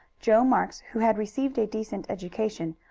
joe marks, who had received a decent education,